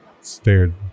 stared